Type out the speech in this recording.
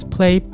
Play